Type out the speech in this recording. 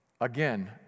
Again